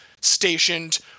stationed